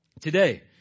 Today